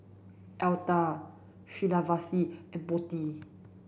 Atal Srinivasa and Potti